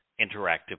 interactive